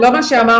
זה לא מה שאמרתי.